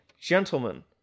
gentlemen